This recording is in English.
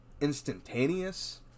instantaneous